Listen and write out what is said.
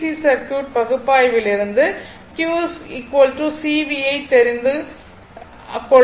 C circuit பகுப்பாய்விலிருந்து q C V ஐ தெரிந்து கொள்வோம்